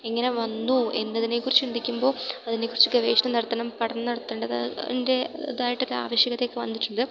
എങ്ങനെ വന്നു എന്നതിനെക്കുറിച്ച് ചിന്തിക്കുമ്പോൾ അതിനെക്കുറിച്ച് ഗവേഷണം നടത്തണം പഠനം നടത്തേണ്ടത് ൻറ്റെ ഇതായ്ട്ടൊക്കെ ആവശ്യകതെയൊക്കെ വന്നിട്ടുണ്ട്